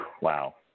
wow